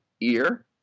ear